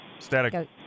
Static